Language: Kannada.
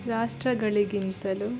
ರಾಷ್ಟ್ರಗಳಿಗಿಂತಲೂ